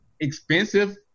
expensive